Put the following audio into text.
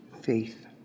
faith